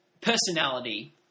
Personality